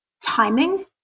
timing